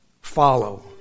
follow